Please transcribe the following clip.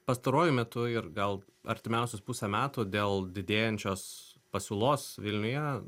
pastaruoju metu ir gal artimiausius pusę metų dėl didėjančios pasiūlos vilniuje